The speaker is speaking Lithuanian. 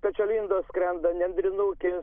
pečialindos skrenda nendrinukės